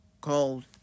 called